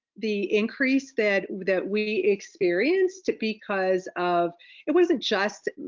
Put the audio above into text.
the increase that that we experienced because of it wasn't just,